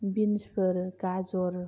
बिन्सफोर गाज'र